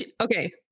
okay